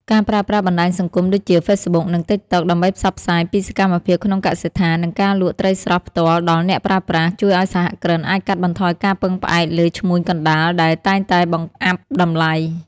ការប្រើប្រាស់បណ្ដាញសង្គមដូចជា Facebook និង TikTok ដើម្បីផ្សព្វផ្សាយពីសកម្មភាពក្នុងកសិដ្ឋាន និងការលក់ត្រីស្រស់ផ្ទាល់ដល់អ្នកប្រើប្រាស់ ជួយឱ្យសហគ្រិនអាចកាត់បន្ថយការពឹងផ្អែកលើឈ្មួញកណ្ដាលដែលតែងតែបង្កាប់តម្លៃ។